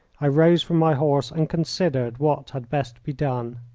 i rose from my horse and considered what had best be done.